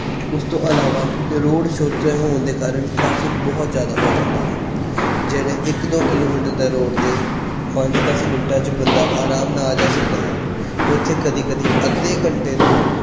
ਉਸ ਤੋਂ ਇਲਾਵਾ ਰੋਡ ਛੋਟੇ ਹੋਣ ਦੇ ਕਾਰਨ ਟਰੈਫਿਕ ਬਹੁਤ ਜ਼ਿਆਦਾ ਹੋ ਜਾਂਦਾ ਹੈ ਜਿਹੜੇ ਇੱਕ ਦੋ ਕਿਲੋਮੀਟਰ ਦੇ ਰੋਡ 'ਤੇ ਪੰਜ ਦਸ ਮਿੰਟਾਂ 'ਚ ਬੰਦਾ ਅਰਾਮ ਨਾਲ ਆ ਜਾ ਸਕਦਾ ਹੈ ਉੱਥੇ ਕਦੀ ਕਦੀ ਅੱਧੇ ਘੰਟੇ ਤੋਂ